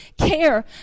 care